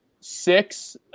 six